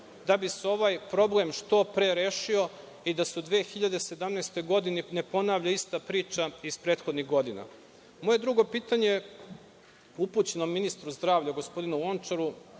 da bi se ovaj problem što pre rešio i da se u 2017. godini ne ponavlja ista priča iz prethodnih godina. Moje drugo pitanje upućeno je ministru zdravlja gospodinu Lončaru,